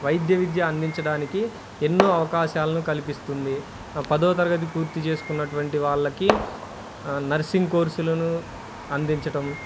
వైద్య విద్య అందించడానికి ఎన్నో అవకాశాలను కల్పిస్తుంది పదో తరగతి పూర్తి చేసుకున్నటువంటి వాళ్ళకి నర్సింగ్ కోర్సులను అందించడం